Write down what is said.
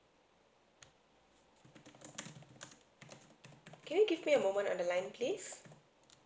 can you give me a moment on the line please